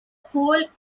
whole